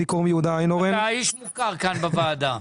אתה איש מוכר כאן בוועדה.